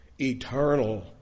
eternal